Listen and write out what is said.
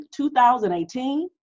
2018